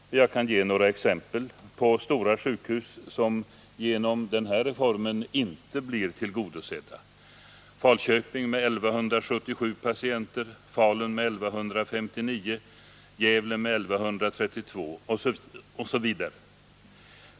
Jag kan ge några exempel på stora sjukhus som genom denna reform inte blir tillgodosedda: Falköping med 1 177 patienter, Falun med 1159, Gävle med 1 132 osv.